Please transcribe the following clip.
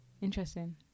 Interesting